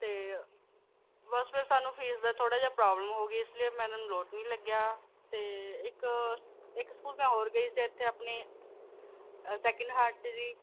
ਅਤੇ ਬੱਸ ਫਿਰ ਸਾਨੂੰ ਫੀਸ ਦਾ ਥੋੜ੍ਹਾ ਜਿਹਾ ਪ੍ਰੋਬਲਮ ਹੋ ਗਈ ਇਸ ਲਈ ਮੈਨੂੰ ਲੋਟ ਨਹੀਂ ਲੱਗਿਆ ਅਤੇ ਇੱਕ ਇੱਕ ਸਕੂਲ ਮੈਂ ਹੋਰ ਗਈ ਸੀ ਇੱਥੇ ਆਪਣੀ ਅ ਸੈਕਿੰਡ ਹਾਰਟ ਜੀ